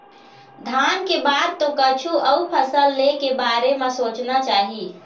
धान के बाद तो कछु अउ फसल ले के बारे म सोचना चाही